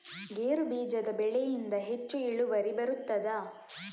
ಗೇರು ಬೀಜದ ಬೆಳೆಯಿಂದ ಹೆಚ್ಚು ಇಳುವರಿ ಬರುತ್ತದಾ?